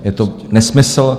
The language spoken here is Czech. Je to nesmysl.